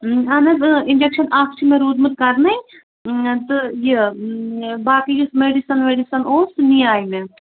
ٲں اہن حظ ٲں اِنٛجَکشَن اَکھ چھُ مےٚ روٗدمُت کَرنے تہٕ یہِ باقٕے یُس میٚڈِسَن ویٚڈِسَن اوس سُہ نِیٛاے مےٚ